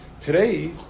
Today